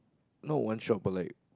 not one shot but like